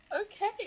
okay